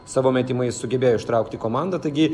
savo metimais sugebėjo ištraukti komandą taigi